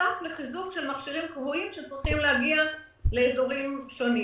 בנוסף לחיזוק של מכשירים קבועים שצריכים להגיע לאזורים שונים.